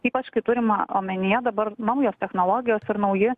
ypač kai turima omenyje dabar naujos technologijos ir nauji